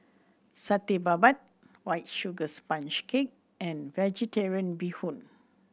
Satay Babat White Sugar Sponge Cake and Vegetarian Bee Hoon